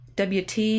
WT